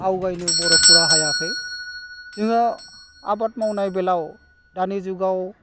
आवगायनो बर'फोरा हायाखै जोङो आबाद मावनाय बेलायाव दानि जुगाव